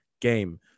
game